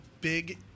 big